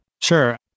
Sure